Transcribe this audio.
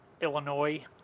Illinois